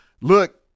look